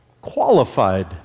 qualified